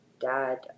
dad